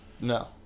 No